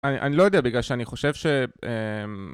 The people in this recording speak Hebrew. אני לא יודע בגלל שאני חושב שאממ...